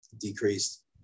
decreased